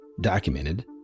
documented